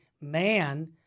man